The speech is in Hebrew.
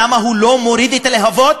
למה הוא לא מוריד את הלהבות,